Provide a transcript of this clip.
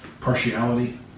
partiality